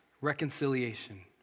Reconciliation